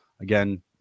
Again